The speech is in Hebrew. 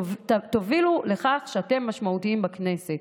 תובילו לכך שאתם משמעותיים בכנסת.